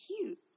cute